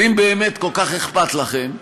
ואם באמת כל כך אכפת לכם,